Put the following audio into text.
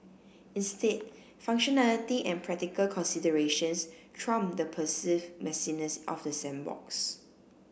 instead functionality and practical considerations trump the perceived messiness of the sandbox